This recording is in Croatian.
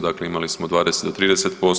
Dakle, imali smo 20 do 30%